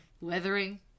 Weathering